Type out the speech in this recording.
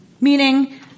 Meaning